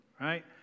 right